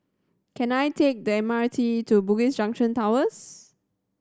can I take the M R T to Bugis Junction Towers